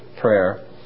prayer